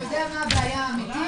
אתה יודע מה הבעיה האמיתית?